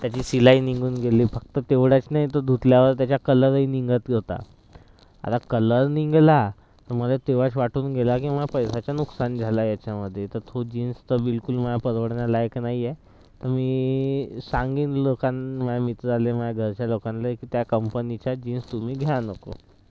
त्याची शिलाई निघून गेली फक्त तेवढंच नाही तर धुतल्यावर त्याचा कलरही निघत होता आता कलर निघाला तर तेव्हाच मला वाटून गेलं की पैशाचं नुकसान झालं आहे याच्यामध्ये तर तो जीन्स तर बिलकुल माझ्या परवडण्यालायक नाही आहे मी सांगेन लोकांना माझ्या मित्राला माझ्या घरच्या लोकांना त्या कंपनीचा जीन्स तुम्ही घ्या नको